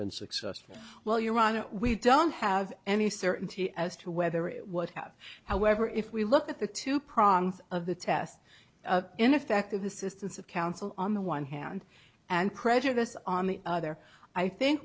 been successful well your honor we don't have any certainty as to whether it would have however if we look at the two prongs of the test ineffective assistance of counsel on the one hand and prejudice on the other i think